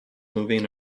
moving